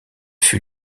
fut